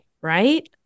Right